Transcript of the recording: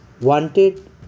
wanted